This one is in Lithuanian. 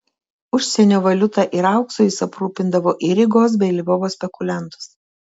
užsienio valiuta ir auksu jis aprūpindavo ir rygos bei lvovo spekuliantus